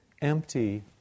empty